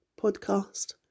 podcast